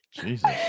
Jesus